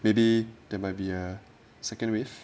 maybe there might be a second wave